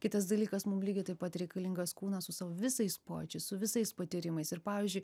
kitas dalykas mum lygiai taip pat reikalingas kūnas su savo visais pojūčiais su visais patyrimais ir pavyzdžiui